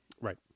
Right